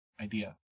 idea